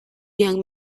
young